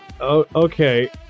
Okay